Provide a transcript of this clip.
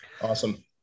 Awesome